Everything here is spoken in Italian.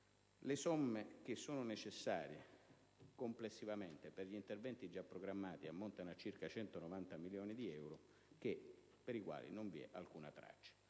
le somme complessivamente necessarie per gli interventi già programmati ammontano a circa 190 milioni di euro, dei quali non vi è alcuna traccia.